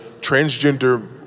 transgender